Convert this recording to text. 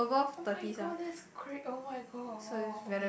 oh-my-god that's great oh-my-god !wow! okay